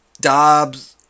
Dobbs